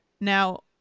Now